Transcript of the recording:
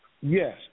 Yes